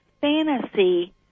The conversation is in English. fantasy